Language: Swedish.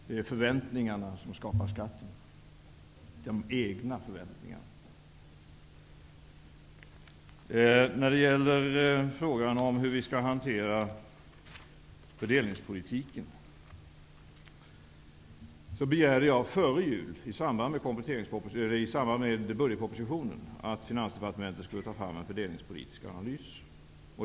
Det är de egna förväntningarna som skapar skratten. När det gäller frågan om hur vi skall hantera fördelningspolitiken, begärde jag före jul i samband med budgetpropositionen att Finansdepartementet skulle ta fram en fördelningspolitisk analys.